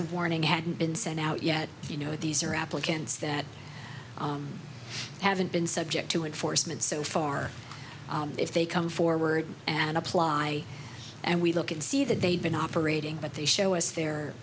of warning hadn't been sent out yet you know these are applicants that haven't been subject to enforcement so far if they come forward and apply and we look and see that they've been operating but they show us their